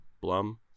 blum